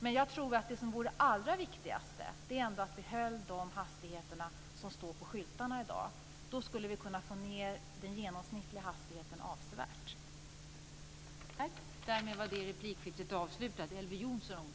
Men det som är allra viktigast är ändå att vi håller de hastigheter som står på skyltarna. Då skulle vi kunna få ned den genomsnittliga hastigheten avsevärt.